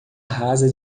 rasa